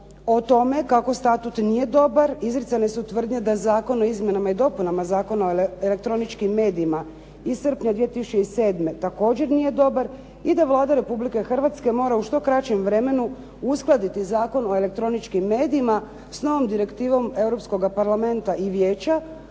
o tome kako statut nije dobar, izricane tvrdnje da Zakon o izmjenama i dopuna Zakona o elektroničkim medijima iz srpnja 2007. također nije dobar i da Vlada Republike Hrvatske mora u što kraćem vremenu uskladiti Zakon o elektroničkim medijima s novom direktivom Europskog parlamenta i vijeće